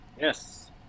Yes